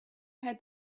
had